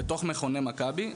בתוך מכוני מכבי.